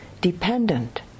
dependent